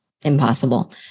impossible